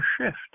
shift